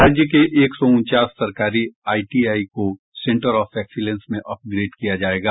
राज्य के एक सौ उनचास सरकारी आईटीआई को सेंटर ऑफ एक्सीलेंस में अपग्रेड किया जायेगा